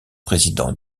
président